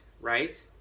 right